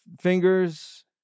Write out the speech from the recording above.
fingers